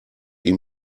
ihm